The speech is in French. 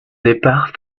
départ